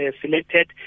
selected